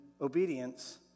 obedience